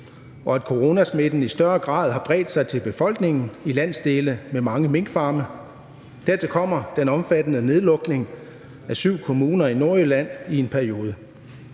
og at coronasmitten i større grad har bredt sig til befolkningen i landsdele med mange minkfarme. Dertil kommer den omfattende nedlukning i syv kommuner i Nordjylland i en periode.